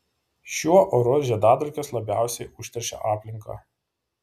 šiuo oru žiedadulkės labiausiai užteršia aplinką